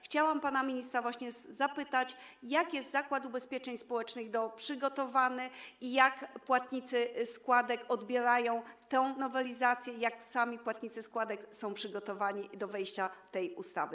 Chciałam pana ministra zapytać: Jak Zakład Ubezpieczeń Społecznych jest przygotowany i jak płatnicy składek odbierają tę nowelizację, jak sami płatnicy składek są przygotowani do wejścia tej ustawy?